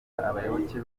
abayoboke